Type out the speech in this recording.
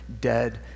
dead